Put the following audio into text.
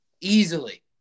easily